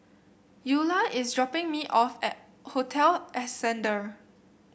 Eula is dropping me off at Hotel Ascendere